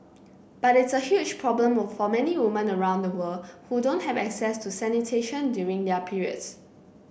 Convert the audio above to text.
but it's a huge problem for many women around the world who don't have access to sanitation during their periods